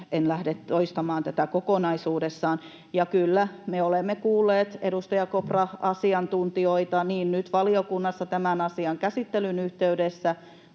en lähde toistamaan tätä kokonaisuudessaan — ja kyllä, me olemme kuulleet asiantuntijoita, edustaja Kopra, niin nyt valiokunnassa tämän asian käsittelyn yhteydessä